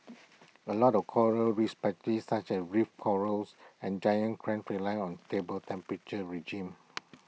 A lot of Coral respected such as reef corals and giant crams rely on stable temperature regime